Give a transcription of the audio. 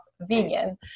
vegan